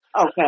Okay